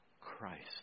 Christ